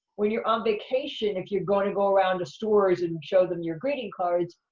when you're on vacation, if you're going to go around the stores and show them your greeting cards,